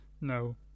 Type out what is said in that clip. No